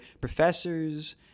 professors